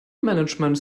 management